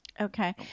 Okay